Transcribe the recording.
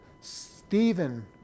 Stephen